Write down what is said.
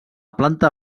planta